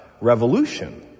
revolution